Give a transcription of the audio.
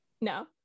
No